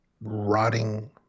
rotting